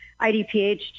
idph